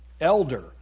Elder